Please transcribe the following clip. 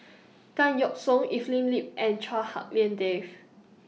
Tan Yeok Seong Evelyn Lip and Chua Hak Lien Dave